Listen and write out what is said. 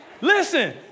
Listen